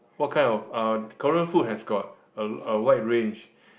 what kind of uh Korean food has got a a wide range